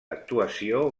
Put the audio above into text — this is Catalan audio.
actuació